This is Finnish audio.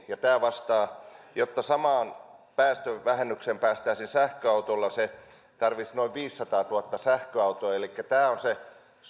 ja jotta samaan päästövähennykseen päästäisiin sähköautolla se tarvitsisi noin viisisataatuhatta sähköautoa elikkä tämä on se